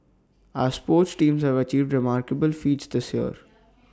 our sports teams have achieved remarkable feats this year